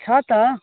छ त